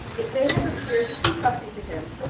it may have appeared too fussy to him,